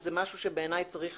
שזה משהו שבעיניי צריך